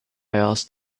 asked